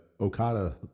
Okada